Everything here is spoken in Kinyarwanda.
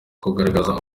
kugaragaza